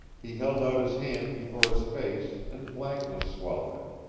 he held out his hand before his face, and blackness swallowed it.